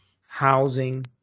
housing